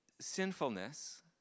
sinfulness